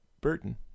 Burton